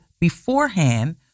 beforehand